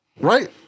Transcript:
Right